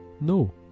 no